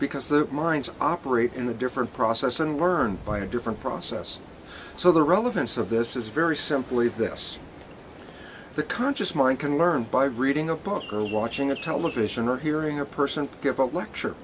because it minds operate in a different process and learn by a different process so the relevance of this is very simply this the conscious mind can learn by reading a book or watching a television or hearing a person give out lecture